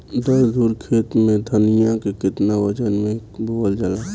दस धुर खेत में धनिया के केतना वजन मे बोवल जाला?